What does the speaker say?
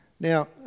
Now